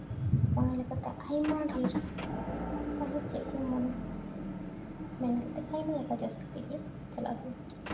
ᱚᱱᱟ ᱞᱮᱠᱟᱛᱮ ᱟᱭᱢᱟ ᱰᱷᱮᱨ ᱟᱨᱚ ᱪᱮᱫ ᱠᱚ ᱢᱮᱱ ᱠᱟᱛᱮᱫ ᱟᱭᱢᱟ ᱞᱮᱠᱟ ᱡᱚᱥ ᱠᱟᱛᱮᱫ ᱜᱮ ᱪᱟᱞᱟᱜ ᱦᱩᱭᱩᱜᱼᱟ